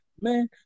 Man